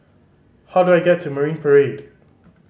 how do I get to Marine Parade